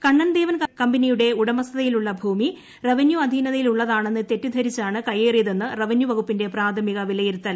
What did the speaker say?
കണ്ണൻ ദേവൻ കമ്പനിയുടെ ഉടമസ്ഥയിൽ ഉള്ള ഭൂമി റവന്യൂ അധിനതയിൽ ഉള്ളതാണ്സ് തെറ്റ് ധരിച്ചാണ് കൈയേറിയതെന്നാണ് റവന്യൂ വകുപ്പിന്റെ പ്രാഥമിക വിലയിരുത്തൽ